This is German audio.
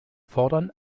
fordern